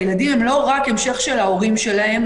הילדים הם לא רק המשך של ההורים שלהם,